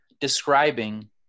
describing